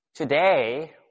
Today